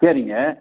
சரிங்க